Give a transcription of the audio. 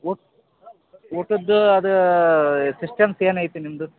ಊ ಊಟದ್ದಾ ಅದು ಸಿಸ್ಟಮ್ಸ್ ಏನು ಐತಿ ನಿಮ್ಮದು